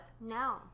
No